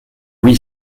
oui